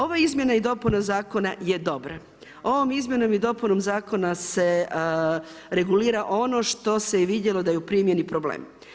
Ova izmjena i dopuna zakona je dobra ovom izmjenom i dopunom zakona se regulira ono što se je vidjelo da je u primjeni problem.